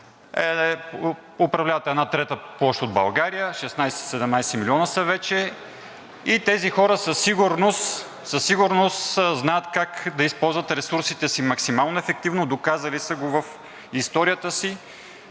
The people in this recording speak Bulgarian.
управляват една трета площ от България, вече са 16 – 17 милиона и тези хора със сигурност знаят как да използват ресурсите си максимално ефективно. Доказали са го в историята си.